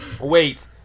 Wait